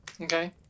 Okay